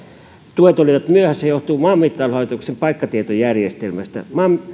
tuet olivat myöhässä johtui maanmittauslaitoksen paikkatietojärjestelmästä